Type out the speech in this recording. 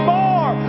more